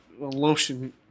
lotion